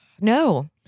no